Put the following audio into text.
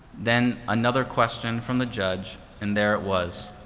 then another question from the judge, and there it was,